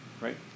right